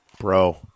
bro